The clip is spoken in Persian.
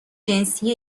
جنسی